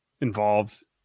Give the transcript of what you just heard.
involved